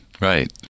Right